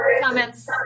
comments